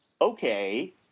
okay